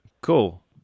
Cool